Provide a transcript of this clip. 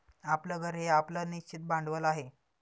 आपलं घर हे आपलं निश्चित भांडवल आहे